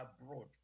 abroad